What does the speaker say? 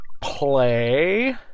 play